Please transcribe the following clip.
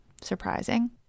Surprising